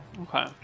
Okay